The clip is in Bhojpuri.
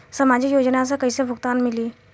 सामाजिक योजना से कइसे भुगतान मिली?